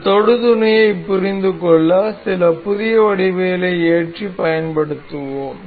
இந்த தொடு துணையை புரிந்து கொள்ள சில புதிய வடிவவியலை ஏற்றி பயன்படுத்துவோம்